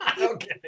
okay